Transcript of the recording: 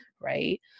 Right